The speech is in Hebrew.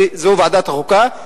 וזו ועדת החוקה.